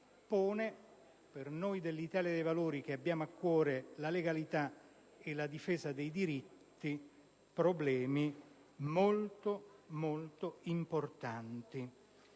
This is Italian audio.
pone, per noi dell'Italia dei Valori che abbiamo a cuore la legalità e la difesa dei diritti, problemi molto importanti.